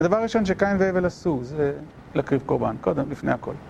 הדבר הראשון שקין והבל עשו זה להקריב קורבן, קודם, לפני הכל.